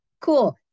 cool